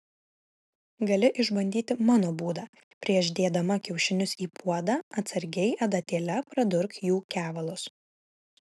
gali išbandyti mano būdą prieš dėdama kiaušinius į puodą atsargiai adatėle pradurk jų kevalus